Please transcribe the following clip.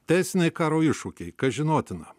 teisiniai karo iššūkiai kas žinotina